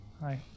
Hi